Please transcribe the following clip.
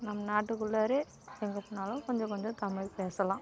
நம் நாட்டுக்குள்ளாறே எங்கேப்போனாலும் கொஞ்சம் கொஞ்சம் தமிழ் பேசலாம்